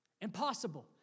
Impossible